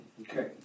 Okay